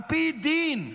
על פי דין,